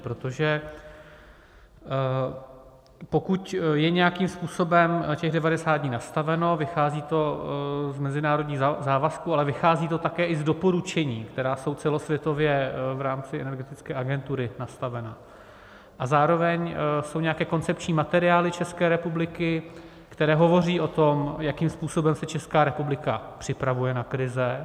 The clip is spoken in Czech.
Protože pokud je nějakým způsobem těch 90 dní nastaveno, vychází to z mezinárodních závazků, ale vychází to i z doporučení, která jsou celosvětově v rámci energetické agentury nastavena, a zároveň jsou nějaké koncepční materiály České republiky, které hovoří o tom, jakým způsobem se Česká republika připravuje na krize.